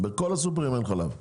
אלא בכולם אין חלב מפוקח.